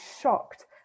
shocked